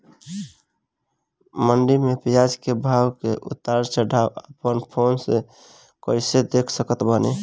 मंडी मे प्याज के भाव के उतार चढ़ाव अपना फोन से कइसे देख सकत बानी?